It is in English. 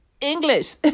English